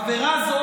עבירה זו,